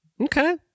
Okay